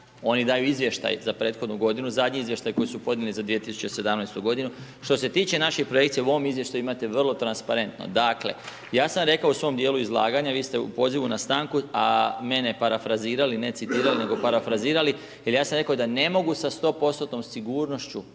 oni daju Izvještaj za prethodnu godinu, zadnji Izvještaj koji su podnijeli za 2017. godinu. Što se tiče naših projekcija u ovom izvještaju imate vrlo transparentno, dakle, ja sam rekao u svom dijelu izlaganja, vi ste u pozivu na stanku, a mene parafrazirali a ne citirali, nego parafrazirali, jer ja sam rekao da ne mogu sa 100% sigurnošću